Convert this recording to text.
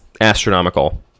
astronomical